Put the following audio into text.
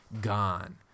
gone